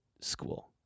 School